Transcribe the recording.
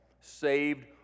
saved